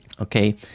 Okay